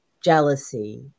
jealousy